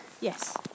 Yes